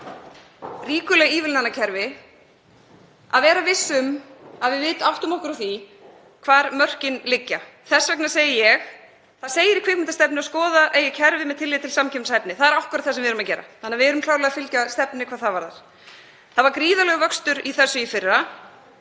ríkuleg ívilnanakerfi að vera viss um að við áttum okkur á því hvar mörkin liggja. Þess vegna segi ég: Það segir í kvikmyndastefnu að skoða eigi kerfið með tilliti til samkeppnishæfni. Það er akkúrat það sem við erum að gera þannig að við erum klárlega fylgja stefnunni hvað það varðar. Það var gríðarlegur vöxtur í þessu í fyrra.